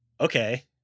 okay